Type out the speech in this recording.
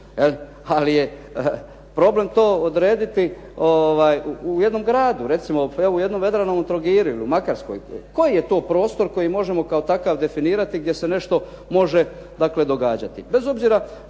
Ali je problem to odrediti u jednom gradu, recimo u jednom Vedranovom Trogiru ili u Makarskoj. Koji je to prostor koji možemo kao takav definirati gdje se nešto može događati